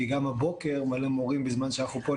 כי גם הבוקר מלא מורים בזמן שאנחנו פה,